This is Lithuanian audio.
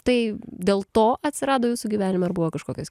tai dėl to atsirado jūsų gyvenime ar buvo kažkokios